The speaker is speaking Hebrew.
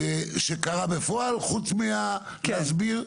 שקרה בפועל חוץ מלהסביר?